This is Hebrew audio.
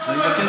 אני הבנתי,